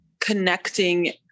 connecting